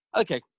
Okay